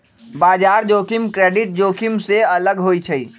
बजार जोखिम क्रेडिट जोखिम से अलग होइ छइ